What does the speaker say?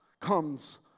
comes